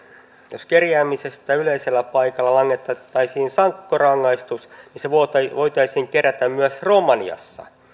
jos kerjäämisestä yleisellä paikalla langetettaisiin sakkorangaistus niin se voitaisiin kerätä myös romaniassa